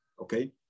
okay